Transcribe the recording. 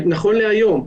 נכון להיום,